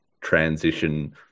transition